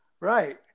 right